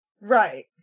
Right